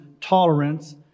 tolerance